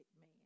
man